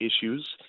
issues